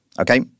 Okay